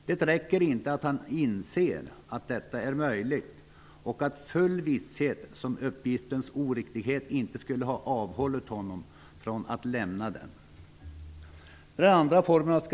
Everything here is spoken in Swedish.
Det räcker inte att han inser att detta är möjligt och att full visshet om uppgiftens oriktighet inte skulle ha avhållit honom från att lämna den.